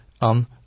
on